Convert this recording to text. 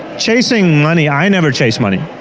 chasing money, i never chase money.